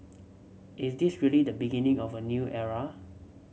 is this really the beginning of a new era